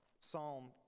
psalm